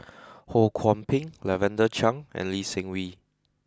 Ho Kwon Ping Lavender Chang and Lee Seng Wee